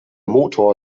motor